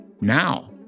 now